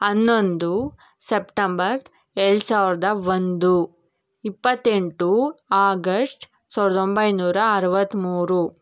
ಹನ್ನೊಂದು ಸೆಪ್ಟಂಬರ್ ಎರಡು ಸಾವಿರದ ಒಂದು ಇಪ್ಪತ್ತೆಂಟು ಆಗಶ್ಟ್ ಸಾವಿರದ ಒಂಬೈನೂರ ಅರುವತ್ಮೂರು